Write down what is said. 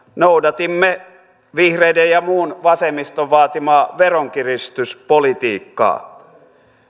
noudatimme vihreiden ja muun vasemmiston vaatimaa veronkiristyspolitiikkaa